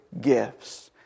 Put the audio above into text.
gifts